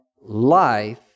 life